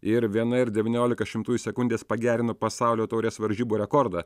ir viena ir devyniolika šimtųjų sekundės pagerino pasaulio taurės varžybų rekordą